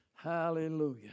Hallelujah